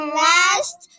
last